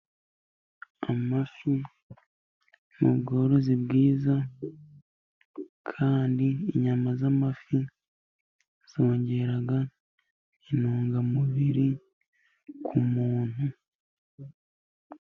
Amafi ni ubworozi bwiza, kandi inyama z'amafi zongera intungamubiri ku muntu.